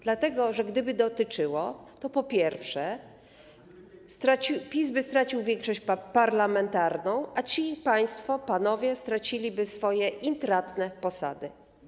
Dlatego że gdyby dotyczyło, to po pierwsze, PiS by stracił większość parlamentarną, a ci państwo, panowie straciliby swoje intratne posady.